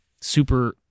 super